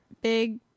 big